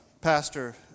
Pastor